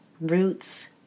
roots